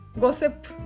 gossip